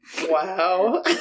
Wow